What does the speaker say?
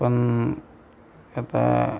पण आता